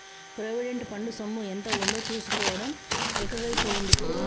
provident fund సొమ్ము ఎంత ఉందో చూసుకోవడం అల్కగై పోయిందిప్పుడు